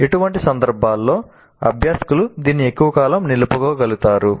ఇటువంటి సందర్భాల్లో అభ్యాసకులు దీన్ని ఎక్కువ కాలం నిలుపుకోగలుగుతారు